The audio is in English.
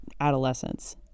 adolescence